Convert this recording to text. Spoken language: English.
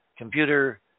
computer